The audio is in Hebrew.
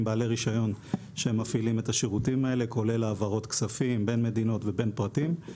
על-ידי שלושת או שני השחקנים שהציגו קודם לכן אבל